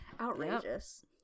Outrageous